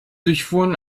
durchfuhren